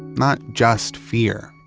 not just fear,